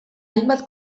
hainbat